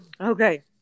okay